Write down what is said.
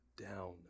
down